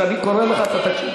כשאני קורא לך, אתה תקשיב.